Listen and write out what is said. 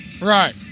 Right